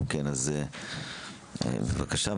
בבקשה.